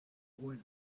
holen